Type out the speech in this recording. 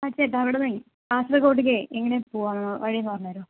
ആ ചേട്ടാ ഇവിടെ നിന്ന് കാസർഗോഡിലേക്ക് എങ്ങനയാണ് പോവുകയെന്ന് വഴി ഒന്ന് പറഞ്ഞു തരുമോ